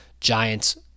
Giants